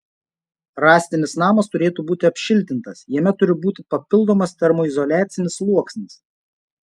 rąstinis namas turėtų būti apšiltintas jame turi būti papildomas termoizoliacinis sluoksnis